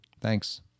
Thanks